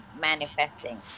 manifesting